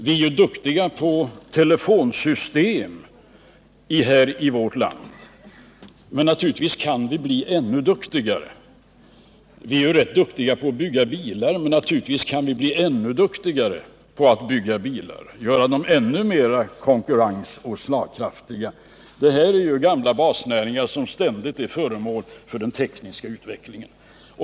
Vi är duktiga på telefonsystem här i vårt land, men naturligtvis kan vi bli ännu duktigare. Vi är rätt duktiga på att bygga bilar, men naturligtvis kan vi bli ännu duktigare på att bygga bilar och göra dem ännu mer konkurrensoch slagkraftiga. Detta är gamla basnäringar som ständigt är föremål för teknisk utveckling.